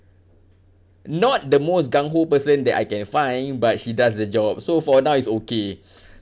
not the most gungho person that I can find but she does the job so for now is okay